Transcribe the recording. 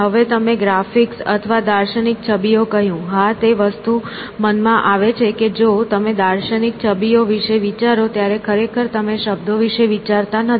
હવે તમે ગ્રાફિક્સ અથવા દાર્શનિક છબીઓ કહ્યું હા તે વસ્તુ મનમાં આવે છે કે જો તમે દાર્શનિક છબીઓ વિશે વિચારો ત્યારે ખરેખર તમે શબ્દો વિશે વિચારતા નથી